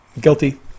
guilty